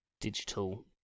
digital